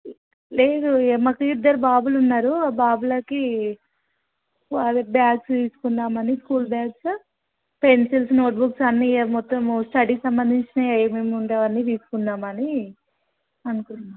లేదు ఏ మాకు ఇద్దరు బాబులు ఉన్నారు ఆ బాబులకి వాళ్ళకి బ్యాగ్స్ తీసుకుందామని స్కూల్ బ్యాగ్స్ పెన్సిల్స్ నోట్బుక్స్ అన్నీ ఇక మొత్తము స్టడీకి సంబంధించినవి ఏమేమి ఉండేవి అన్నీ తీసుకుందామని అనుకున్నాను